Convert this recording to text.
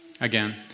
Again